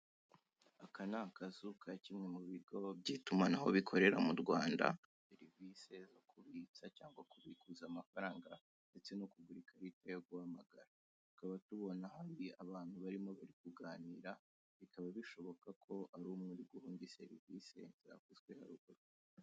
Aka ni akazu ka kimwe mubigo by'itumanaho mu Rwanda serivise zo kubitsa cyangwa se kugura ikarita yo guhamagara, tukaba tubonamo abantu babiri bikaba bigaragara ko ari umwe uri guha undi imwe muri serivisi zavuzwe haruguru.